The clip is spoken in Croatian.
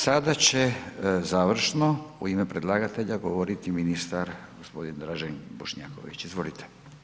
Sada će završno u ime predlagatelja govoriti ministar g. Dražen Bošnjaković, izvolite.